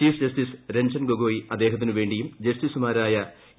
chief justice Ranjan Gogoi അദ്ദേഹത്തിനുവേണ്ടിയും ജസ്റ്റിസുമാരായ A